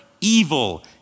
evil